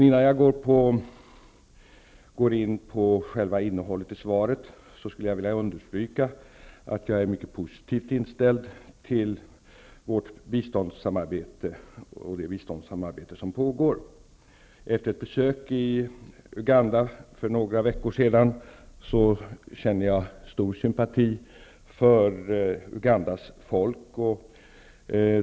Innan jag går in på själva innehållet i svaret vill jag understryka att jag är mycket positivt inställd till det biståndssamarbete som pågår. Efter ett besök i Uganda för några veckor sedan känner jag stor sympati för Ugandas folk.